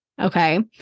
Okay